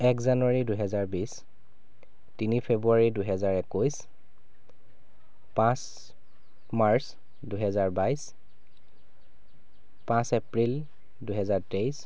এক জানুৱাৰী দুহেজাৰ বিছ তিনি ফেব্ৰুৱাৰী দুহেজাৰ একৈছ পাঁচ মাৰ্চ দুহেজাৰ বাইছ পাঁচ এপ্ৰিল দুহেজাৰ তেইছ